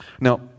Now